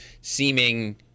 seeming